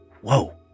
Whoa